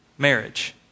Marriage